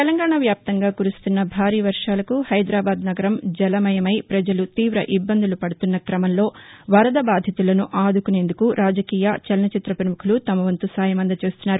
తెలంగాణ వ్యాప్తంగా కురుస్తున్న భారీ వర్వాలకు హైదరాబాద్ నగరం జలమయమై ప్రజలు తీవ ఇబ్బందులు పడుతున్న క్రమంలో వరద బాధితులను ఆదుకునేందుకు రాజకీయ చలనచిత్ర ప్రముఖులు తమవంతు సాయం అందజేస్తున్నారు